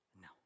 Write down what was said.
no